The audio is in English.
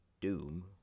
doom